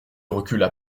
recula